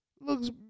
Looks